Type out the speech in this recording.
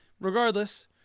regardless